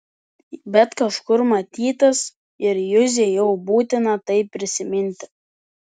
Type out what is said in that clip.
bet kažkur matytas ir juzei jau būtina tai prisiminti